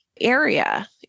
area